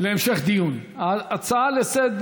16 בעד,